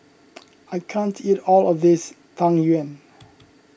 I can't eat all of this Tang Yuen